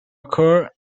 occur